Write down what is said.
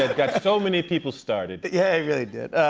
ah got so many people started. yeah, he really did.